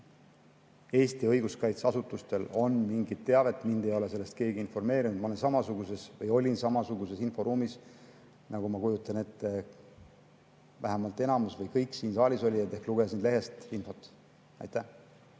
Eesti õiguskaitseasutustel on mingit teavet. Mind ei ole sellest keegi informeerinud, ma olen või olin samasuguses inforuumis nagu, ma kujutan ette, vähemalt enamus või kõik siin saalis olijad ehk lugesin lehest infot. Ma